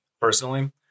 personally